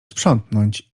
sprzątnąć